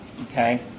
Okay